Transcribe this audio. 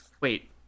wait